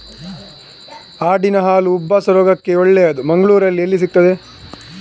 ಆಡಿನ ಹಾಲು ಉಬ್ಬಸ ರೋಗಕ್ಕೆ ಒಳ್ಳೆದು, ಮಂಗಳ್ಳೂರಲ್ಲಿ ಎಲ್ಲಿ ಸಿಕ್ತಾದೆ?